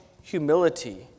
humility